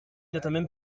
n’atteint